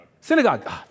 Synagogue